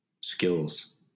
skills